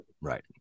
Right